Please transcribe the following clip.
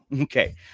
Okay